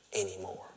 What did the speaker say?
anymore